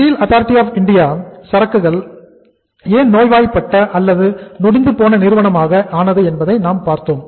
Steel Authority of India நிறுவனம் ஏன் நோய்வாய்ப்பட்ட அல்லது நொடிந்து போன நிறுவனமாக ஆனது என்பதை நாம் பார்த்தேன்